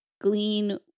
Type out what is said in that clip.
glean